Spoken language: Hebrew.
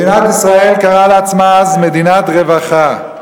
מדינת ישראל קראה לעצמה אז מדינת רווחה.